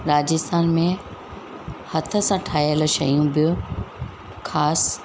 राजस्थान में हथ सां ठहियल शयूं बि ख़ासि